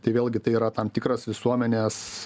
tai vėlgi tai yra tam tikras visuomenės